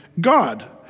God